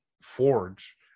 forge